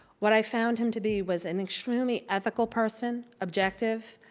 what i found him to be was an extremely ethical person, objective,